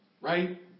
right